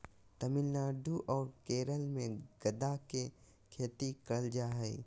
तमिलनाडु आर केरल मे गदा के खेती करल जा हय